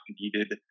needed